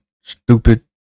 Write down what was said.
stupid